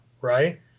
right